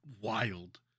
wild